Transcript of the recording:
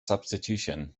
substitution